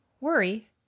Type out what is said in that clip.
worry